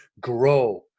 grow